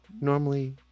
normally